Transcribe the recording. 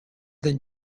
than